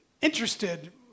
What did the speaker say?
interested